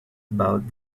about